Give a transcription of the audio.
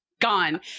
gone